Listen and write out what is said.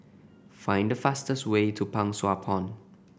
find the fastest way to Pang Sua Pond